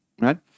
right